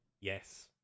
Yes